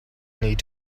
need